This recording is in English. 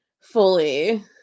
fully